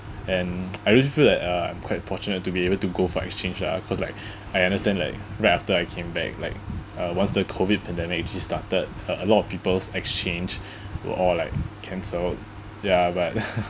and I really feel like uh I'm quite fortunate to be able to go for exchange lah cause like I understand like right after I came back like uh once the COVID pandemic actually started uh a lot of people's exchange were all like cancelled ya but